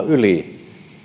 yli